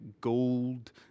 gold